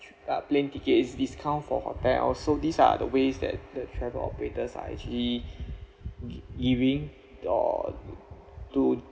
uh plane tickets discount for there are also these are the ways that the travel operators are actually giving or to